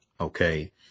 Okay